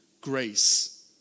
grace